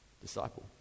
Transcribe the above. Disciple